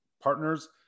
partners